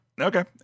Okay